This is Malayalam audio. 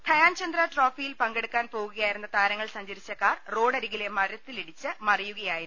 ധയാൻചന്ദ്ര ട്രോഫിയിൽ പങ്കെടുക്കാൻ പോകുകയായിരുന്ന താര ങ്ങൾസഞ്ചരിച്ച കാർ റോഡരികിലെ മരത്തിലിടിച്ച് മറിയു കയായിരുന്നു